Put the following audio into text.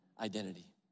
Identity